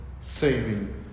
saving